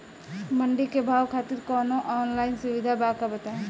मंडी के भाव खातिर कवनो ऑनलाइन सुविधा बा का बताई?